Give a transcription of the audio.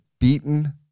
beaten